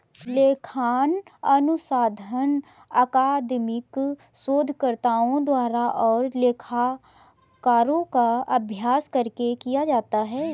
लेखांकन अनुसंधान अकादमिक शोधकर्ताओं द्वारा और लेखाकारों का अभ्यास करके किया जाता है